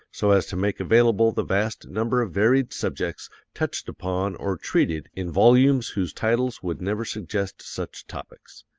so as to make available the vast number of varied subjects touched upon or treated in volumes whose titles would never suggest such topics.